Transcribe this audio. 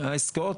העסקאות,